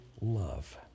love